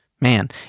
Man